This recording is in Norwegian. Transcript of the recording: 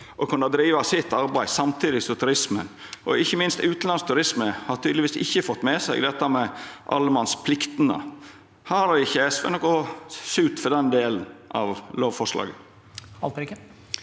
å kunna driva sitt arbeid samtidig med turismen. Ikkje minst utanlandsk turisme har tydelegvis ikkje fått med seg dette med allemannspliktene. Har ikkje SV noka sut for den delen i lovforslaget?